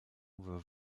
over